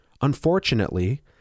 Unfortunately